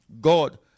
God